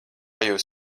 jūs